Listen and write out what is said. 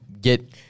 get